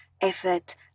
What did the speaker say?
effort